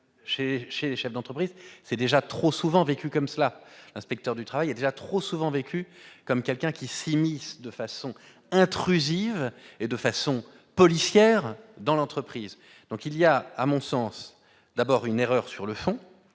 chez les chefs d'entreprise, c'est déjà trop souvent vécu comme cela, l'inspecteur du travail a déjà trop souvent vécu comme quelqu'un qui s'immisce de façon intrusive et de façon policière dans l'entreprise, donc il y a, à mon sens d'abord une erreur sur le fond,